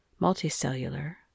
multicellular